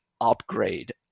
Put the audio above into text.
upgrade